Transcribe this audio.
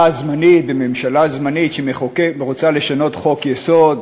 זמנית וממשלה זמנית שרוצה לשנות חוק-יסוד.